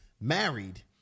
married